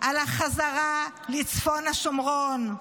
על החזרה לצפון השומרון.